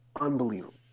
unbelievable